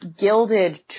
gilded